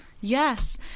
Yes